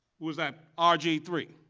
was that r g three,